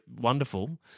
wonderful